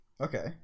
Okay